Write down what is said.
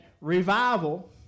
revival